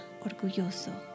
orgulloso